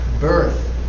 birth